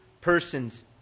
persons